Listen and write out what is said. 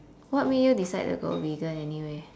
what made you decide to go vegan anyway